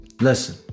listen